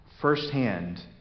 firsthand